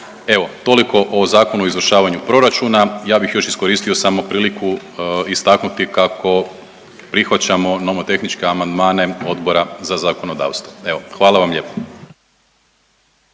Evo, toliko o Zakonu o izvršavanju proračuna. Ja bih još iskoristio samo priliku istaknuti kako prihvaćamo nomotehničke amandmane Odbora za zakonodavstvo. Evo, hvala vam lijepo.